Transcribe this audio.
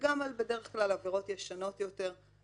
וגם בדרך כלל על עבירות ישנות יותר שהעידן